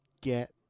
get